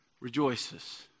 rejoices